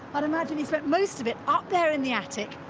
but imagine, he spent most of it up there in the attic.